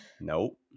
Nope